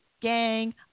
gang